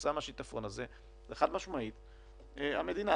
כתוצאה מהשיטפון הזה זה חד-משמעית המדינה.